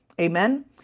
Amen